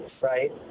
right